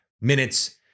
minutes